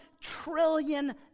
trillion